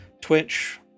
Twitch